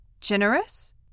generous